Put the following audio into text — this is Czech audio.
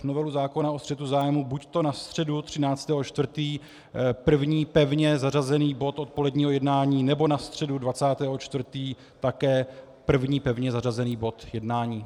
Novelu zákona o střetu zájmů buďto na středu 13. 4. první pevně zařazený bod odpoledního jednání, nebo na středu 20. 4. také první pevně zařazený bod jednání.